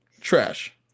Trash